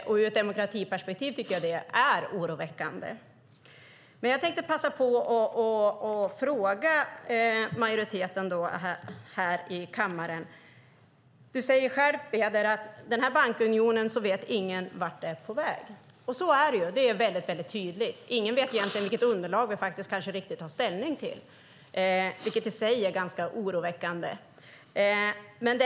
Från ett demokratiperspektiv är det oroväckande. Jag tänkte passa på att ställa en fråga till majoriteten i kammaren. Peder säger att ingen vet vart bankunionen är på väg. Så är det, det är mycket tydligt. Ingen vet egentligen vilket underlag vi faktiskt tar ställning till, och det i sig är ganska oroväckande.